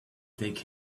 take